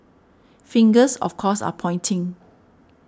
fingers of course are pointing